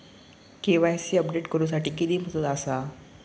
KYC update करू साठी किती मुदत आसा?